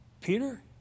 Peter